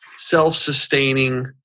self-sustaining